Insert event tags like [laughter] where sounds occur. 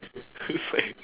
[laughs]